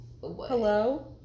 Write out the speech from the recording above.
Hello